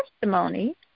testimony